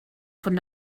von